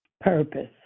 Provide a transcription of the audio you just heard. Purpose